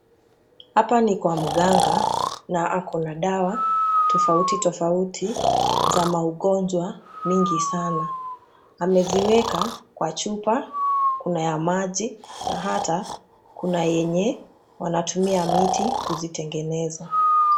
Hapa ni kwa mganga na ako na dawa tofauti tofauti za maugonjwa mingi sana. Ameziweka kwa chupa, kuna ya maji na hata yenye wanatumia miti kuzitengeneza.